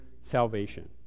salvation